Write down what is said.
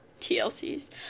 TLC's